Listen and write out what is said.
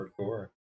hardcore